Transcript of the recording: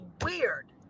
weird